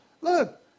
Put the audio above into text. Look